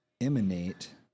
emanate